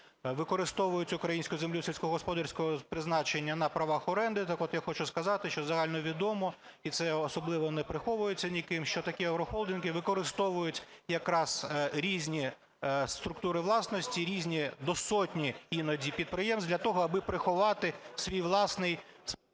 використовують українську землю сільськогосподарського призначення на правах оренди. Так от я хочу сказати, що загальновідомо, і це особливо не приховується ніким, що такі агрохолдинги використовують якраз різні структури власності, різні, до сотні іноді підприємств, для того, аби приховати свій власний…